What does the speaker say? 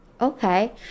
okay